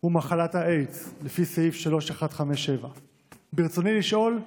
הוא מחלת האיידס, לפי סעיף 3.1.5.7. ברצוני לשאול: